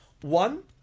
One